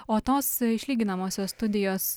o tos išlyginamosios studijos